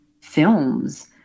films